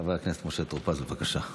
חבר הכנסת משה טור פז, בבקשה.